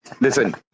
listen